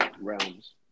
realms